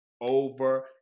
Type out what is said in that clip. over